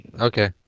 okay